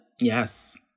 Yes